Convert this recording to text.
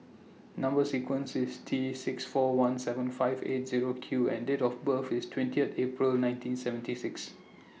Number sequence IS T six four one seven five eight Zero Q and Date of birth IS twentieth April nineteen seventy six